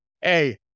hey